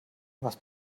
was